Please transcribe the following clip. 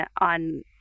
on